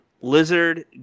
Lizard